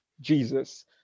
Jesus